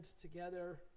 together